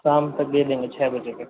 शाम तक दे देंगे छः बजे तक